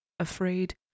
Afraid